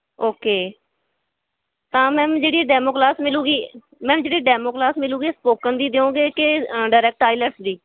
okay ਤਾਂ ma'am ਜਿਹੜੀ ਇਹ ਡੈਮੋ ਕਲਾਸ ਮਿਲੂਗੀ ਮੈਮ ਜਿਹੜੀ ਇਹ ਡੈਮੋ ਕਲਾਸ ਮਿਲੂਗੀ ਇਹ ਸਪੋਕਨ ਦੀ ਦਿਓਗੇ ਕਿ ਡਾਇਰੈਕਟ ਆਈਲੈਟਸ ਦੀ